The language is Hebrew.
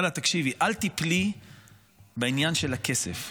אמר לה: תקשיבי, אל תיפלי בעניין של הכסף.